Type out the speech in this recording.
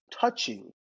touching